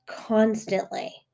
constantly